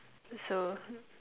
so